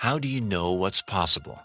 how do you know what's possible